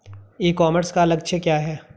ई commerce का लक्ष्य क्या है?